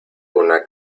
una